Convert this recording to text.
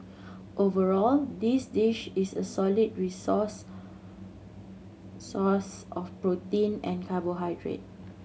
overall this dish is a solid resource source of protein and carbohydrate